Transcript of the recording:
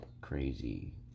crazy